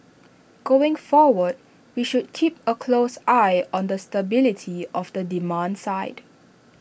going forward we should keep A close eye on the stability of the demand side